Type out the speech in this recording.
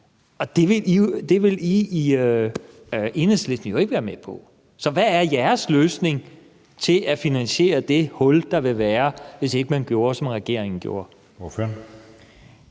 Det vil I i Enhedslisten jo ikke være med på, så hvad er jeres løsning til at finansiere det hul, der vil være, hvis ikke man gjorde, som regeringen gjorde?